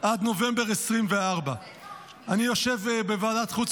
עד נובמבר 2024. אני יושב בוועדת החוץ